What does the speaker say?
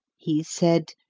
he said,